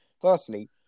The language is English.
Firstly